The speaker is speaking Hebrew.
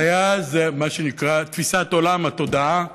הבעיה היא במה שנקרא תפיסת עולם, התודעה.